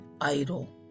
idol